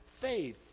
faith